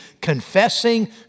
confessing